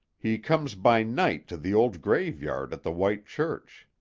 he comes by night to the old graveyard at the white church.